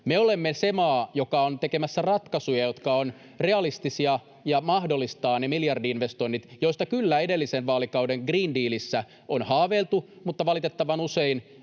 Me olemme se maa, joka on tekemässä ratkaisuja, jotka ovat realistisia ja mahdollistavat ne miljardi-investoinnit, joista kyllä edellisen vaalikauden green dealissa on haaveiltu, mutta valitettavan usein